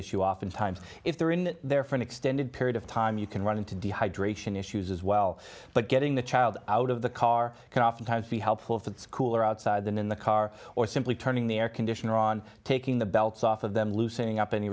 issue oftentimes if they're in there for an extended period of time you can run into dehydration issues as well but getting the child out of the car can oftentimes be helpful if it's cooler outside than in the car or simply turning the air conditioner on taking the belts off of them loosening up